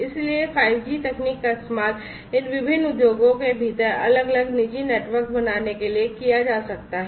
इसलिए 5G तकनीक का इस्तेमाल इन विभिन्न उद्योगों के भीतर अलग अलग निजी नेटवर्क बनाने के लिए किया जा सकता है